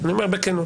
אני אומר בכנות.